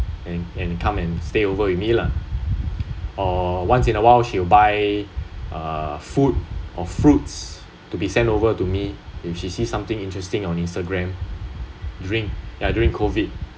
and and come and stay over with me lah or once in awhile she'll buy uh food or fruits to be sent over to me if she sees interesting on instagram during ya during COVID